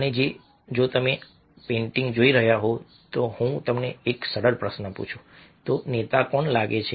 અને જો તમે પેઇન્ટિંગ જોઈ રહ્યા હોવ જો હું તમને એક સરળ પ્રશ્ન પૂછું તો નેતા કોણ લાગે છે